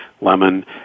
lemon